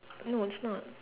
no it's not